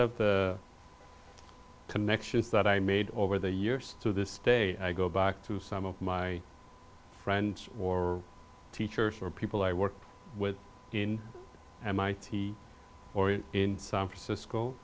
of the connections that i made over the years to this day i go back to some of my friends or teachers or people i work with in mit or in san francisco